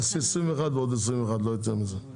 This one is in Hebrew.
תעשי 21 ועוד 21 לא יותר מזה.